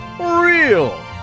real